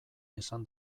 esan